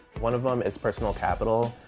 one of them is personal capital.